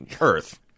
Earth